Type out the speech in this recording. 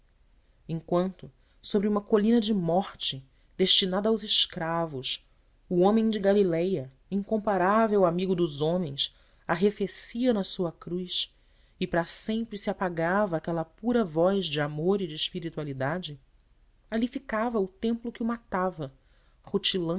enquanto sobre uma colina de morte destinada aos escravos o homem de galiléia incomparável amigo dos homens arrefecia na sua cruz e para sempre se apagava aquela pura voz de amor e de espiritualidade ali ficava o templo que o matava rutilante